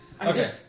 Okay